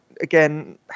again